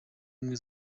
ubumwe